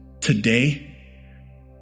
today